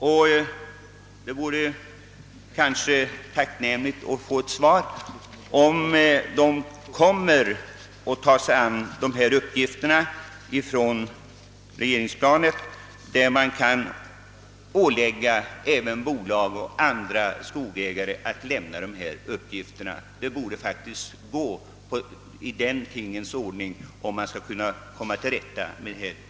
Jag skulle vara tacksam om jag kunde få svar på frågan, huruvida regeringen kommer att via arbetsmarknadsstyrelsen ålägga bolag och andra skogsägare att lämna erforderliga uppgifter. Jag tror att det behövs för att man skall komma till rätta med problemet.